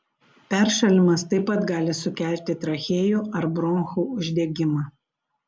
peršalimas taip pat gali sukelti trachėjų ar bronchų uždegimą